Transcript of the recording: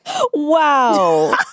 Wow